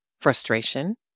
Frustration